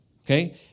Okay